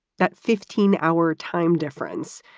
that fifteen hour time difference,